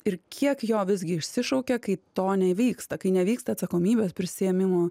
ir kiek jo visgi išsišaukia kai to ne vyksta kai nevyksta atsakomybės prisiėmimo